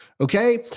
Okay